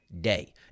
day